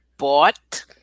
bought